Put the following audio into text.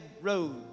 road